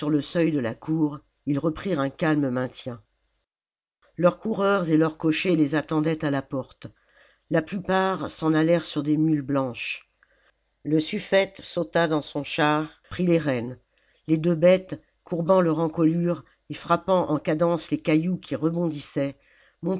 le seuil de la cour ils reprirent un calme maintien leurs coureurs et leurs cochers les attendaient à la porte la plupart s'en allèrent sur des mules blanches le sufïete sauta dans son char prit les rênes les deux bêtes courbant leur encolure et frappant en cadence les cailloux qui rebondissaient